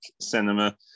cinema